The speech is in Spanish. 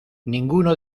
ninguno